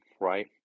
right